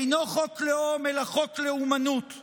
אינו חוק לאום אלא חוק לאומנות,